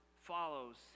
follows